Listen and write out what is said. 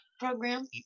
program